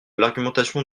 l’argumentation